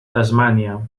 tasmània